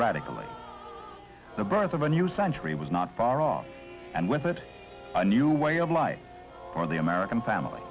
radicalized the birth of a new century was not far off and whether it our new way of life or the american family